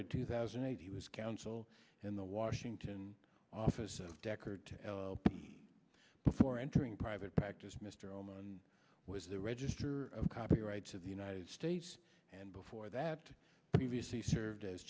to two thousand and eight he was counsel and the washington office of deckert l p before entering private practice mr oman was the register of copyright to the united states and before that previously served as